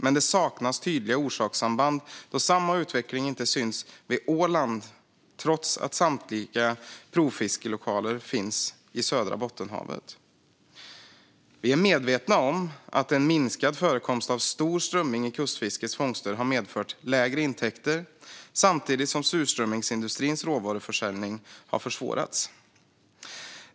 Men det saknas tydliga orsakssamband, då samma utveckling inte syns vid Åland trots att samtliga provfiskelokaler finns i södra Bottenhavet. Vi är medvetna om att en minskad förekomst av stor strömming i kustfiskets fångster har medfört lägre intäkter samtidigt som surströmmingsindustrins råvaruförsäljning har försvårats.